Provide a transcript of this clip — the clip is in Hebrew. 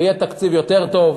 ויהיה תקציב יותר טוב,